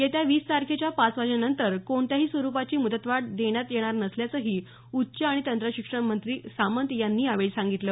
येत्या वीस तारखेच्या पाच वाजेनंतर कोणत्याही स्वरूपाची मुदतवाढ देण्यात येणार नसल्याचंही उच्च आणि तंत्र शिक्षण मंत्री सामंत यांनी यावेळी सांगितलं